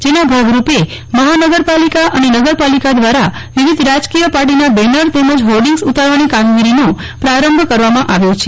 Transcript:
જેના ભાગરૂપે મહાનગરપાલિકા અને નગરપાલિકા દ્વારા વિવિધ રાજકીય પાર્ટીના બેનર તેમજ હોર્ડિંગ્સ ઉતરવાની કામગીરીનો પ્રારંભ કરવામાં આવ્યો છે